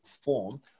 form